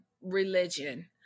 religion